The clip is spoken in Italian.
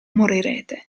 morirete